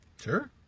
Sure